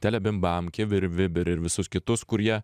tele bimbam kibir vibir ir visus kitus kurie